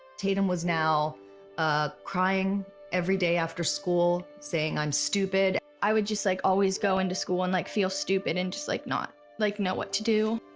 tatum was now ah crying every day after school saying i'm stupid. i would just like always go into school and like feel stupid and just like not like know what to do.